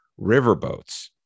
riverboats